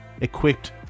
equipped